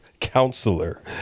Counselor